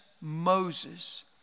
moses